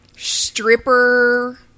stripper